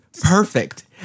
perfect